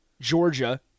Georgia